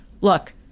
look